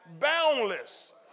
boundless